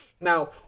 Now